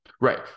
right